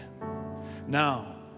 Now